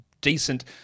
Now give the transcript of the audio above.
decent